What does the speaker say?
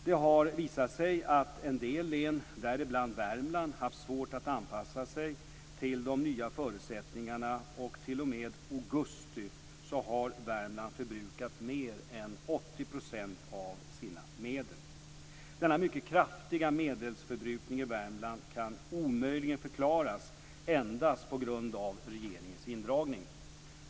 Det har visat sig att en del län, däribland Värmland, haft svårt att anpassa sig till de nya förutsättningarna, och t.o.m. augusti hade Värmland förbrukat mer än 80 % av sina medel. Denna mycket kraftiga medelsförbrukning i Värmland kan omöjligen förklaras endast på grund av regeringens indragning.